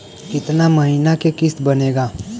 कितना महीना के किस्त बनेगा?